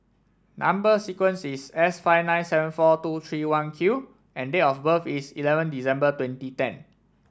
number sequence is S five nine seven four two three one Q and date of birth is eleven December twenty ten